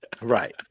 right